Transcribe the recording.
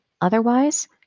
otherwise